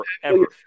forever